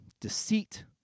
deceit